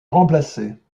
remplacer